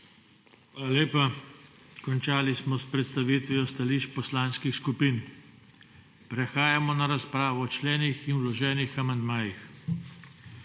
lepa. Končali smo predstavitev stališč poslanskih skupin. Prehajamo na razpravo o členih in vloženih amandmajih.